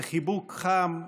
וחיבוק חם,